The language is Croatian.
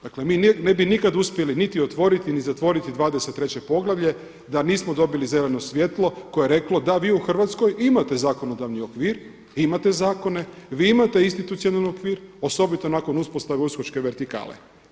Dakle mi ne bi nikad uspjeli niti otvoriti ni zatvoriti 23. poglavlje da nismo dobili zeleno svjetlo koje je reklo, da vi u Hrvatskoj imate zakonodavni okvir, imate zakone, vi imate institucionalni okvir osobito nakon uspostave uskočke vertikale.